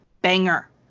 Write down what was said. banger